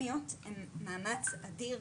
אבל השאלה היא האם יש מענה בקהילה.